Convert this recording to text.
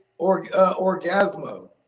orgasmo